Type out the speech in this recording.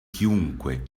chiunque